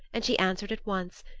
and she answered at once,